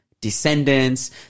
descendants